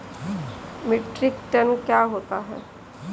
Metric ton क्या होता है?